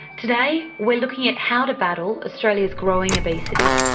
today we're looking at how to battle australia's growing obesity.